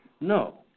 No